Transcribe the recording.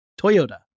Toyota